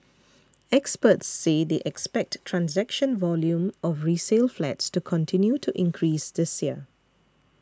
experts say they expect transaction volume of resale flats to continue to increase this year